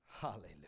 Hallelujah